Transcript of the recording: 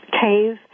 cave